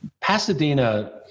Pasadena